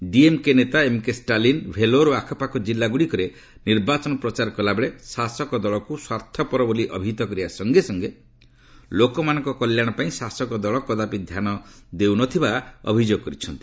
ଡିଏମ୍କେ ନେତା ଏମ୍କେ ଷ୍ଟାଲିନ୍ ଭେଲୋର ଓ ଆଖପାଖ କିଲ୍ଲା ଗୁଡ଼ିକରେ ନିର୍ବାଚନ ପ୍ରଚାର କଲାବେଳେ ଶାସକ ଦଳକୁ ସ୍ୱାର୍ଥପର ବୋଲି ଅବିହିତ କରିବା ସଙ୍ଗେ ସଙ୍ଗେ ଲୋକମାନଙ୍କ କଲ୍ୟାଣ ପାଇଁ ଶାସକ ଦଳ କଦାପି ଧ୍ୟାନ ଦେଇନଥିବାର ଅଭିଯୋଗ କରିଛନ୍ତି